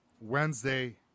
wednesday